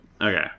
Okay